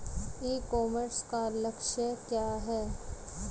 ई commerce का लक्ष्य क्या है?